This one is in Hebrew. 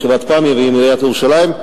עם חברת פמ"י ועם עיריית ירושלים,